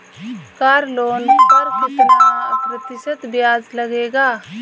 Car loan पर कितना प्रतिशत ब्याज लगेगा?